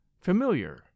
familiar